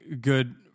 good